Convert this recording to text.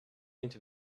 into